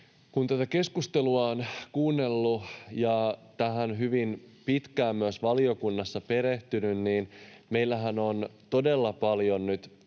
Kun tätä keskustelua on kuunnellut ja tähän hyvin pitkään myös valiokunnassa on perehtynyt, niin meillähän on todella paljon nyt